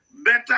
Better